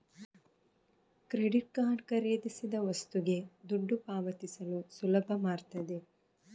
credit card ಖರೀದಿಸಿದ ವಸ್ತುಗೆ ದುಡ್ಡು ಪಾವತಿಸಲು ಸುಲಭ ಮಾಡ್ತದೆ